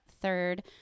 third